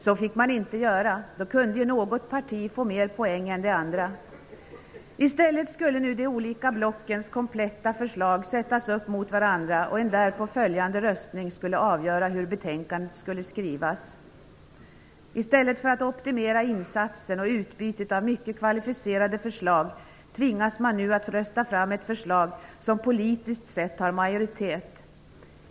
Så fick man inte göra -- då kunde ju något parti få mer poäng än de andra. I stället skulle nu de olika blockens kompletta förslag ställas upp mot varandra, och en därpå följande röstning skulle avgöra hur betänkandet skulle skrivas. I stället för att optimera insatsen och utbytet av mycket kvalificerade förslag tvingas man nu att rösta fram ett förslag som politiskt sett har majoritet.